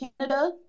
Canada